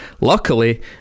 Luckily